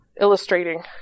illustrating